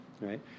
right